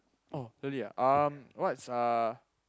oh really ah um what's uh